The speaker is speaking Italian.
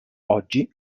oggi